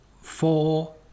Four